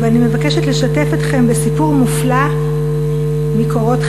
ואני מבקשת לשתף אתכם בסיפור מופלא מקורות חיי.